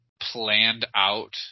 planned-out